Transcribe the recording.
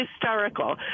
historical